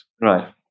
Right